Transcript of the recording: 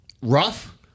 Rough